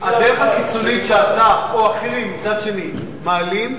הדרך הקיצונית שאתה או אחרים מצד שני מעלים,